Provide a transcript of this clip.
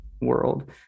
World